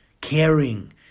caring